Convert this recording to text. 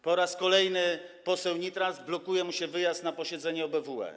Po raz kolejny poseł Nitras - blokuje mu się wyjazd na posiedzenie OBWE.